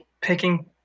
picking